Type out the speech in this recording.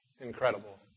incredible